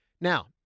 Now